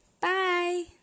Bye